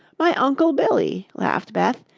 my uncle billy, laughed beth.